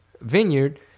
vineyard